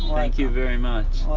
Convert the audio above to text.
thank you very much.